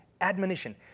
Admonition